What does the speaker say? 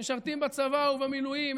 משרתים בצבא ובמילואים,